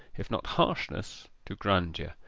if not harshness, to grandeur,